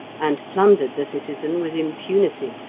and plundered the citizen with impunity.